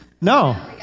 No